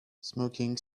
smoking